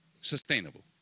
sustainable